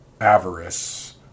avarice